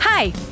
Hi